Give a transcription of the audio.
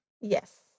Yes